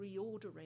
reordering